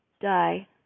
die